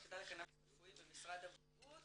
היחידה לקנאביס רפואי במשרד הבריאות.